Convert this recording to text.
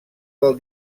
del